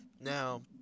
Now